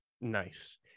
Nice